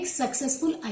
successful